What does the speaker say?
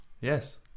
yes